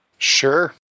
Sure